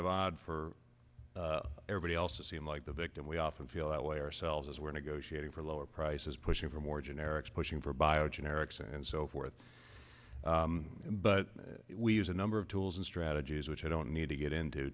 of odd for everybody else to seem like the victim we often feel that way ourselves as we're negotiating for lower prices pushing for more generics pushing for bio generics and so forth but we use a number of tools and strategies which i don't need to get into